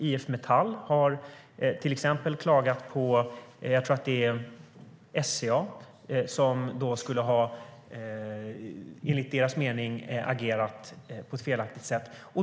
IF Metall har till exempel klagat på SCA, tror jag att det är, som enligt deras mening skulle ha agerat på ett felaktigt sätt.